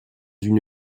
une